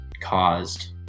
caused